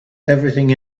everything